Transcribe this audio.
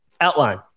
outline